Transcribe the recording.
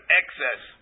excess